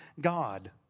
God